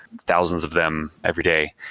thousands of them every day.